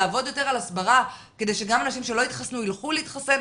לעבוד יותר על הסברה כדי שגם אנשים שלא התחסנו ילכו להתחסן,